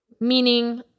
Meaning